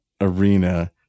arena